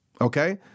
okay